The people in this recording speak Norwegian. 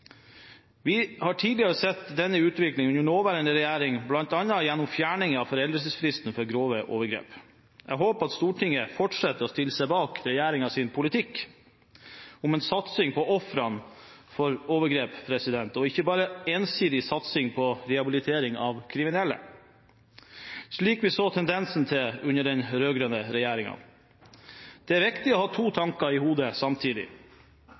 grad en tidligere. Vi har sett en slik utvikling under nåværende regjering, bl.a. gjennom fjerning av foreldelsesfristen for grove overgrep. Jeg håper at Stortinget fortsetter å stille seg bak regjeringens politikk om en satsing på ofrene for overgrep og ikke bare en ensidig satsing på rehabilitering av kriminelle, slik vi så tendensen til under den rød-grønne regjeringen. Det er viktig å ha to tanker i hodet samtidig.